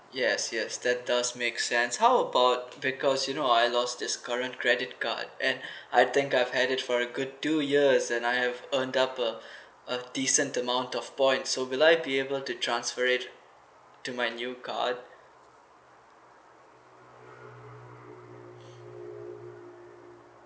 yes yes that does make sense how about because you know I lost this current credit card and I think I've had it for a good two years and I have earned up a a decent amount of points so will I be able to transfer it to my new card